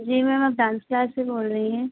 जी ma'am आप dance class से बोल रही हैं